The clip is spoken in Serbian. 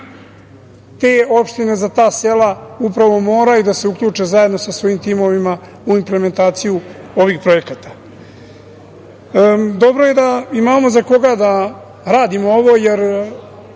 te opštine, za ta sela upravo moraju da se uključe zajedno sa svojim timovima u implementaciju ovih projekata. Dobro je da imamo za koga da radimo ovo, jer